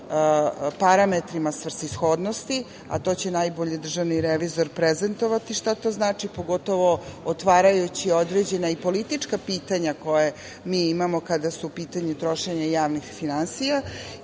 parametrima svrsishodnosti, a to će najbolje državni revizor prezentovati šta to znači, pogotovo otvarajući određena i politička pitanja koja mi imamo, kada je u pitanju trošenje javnih finansija. Obaveza